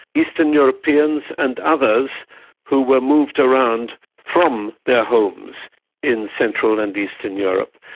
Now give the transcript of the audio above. eastern europeans and others who were moved around from their homes in central and eastern europe.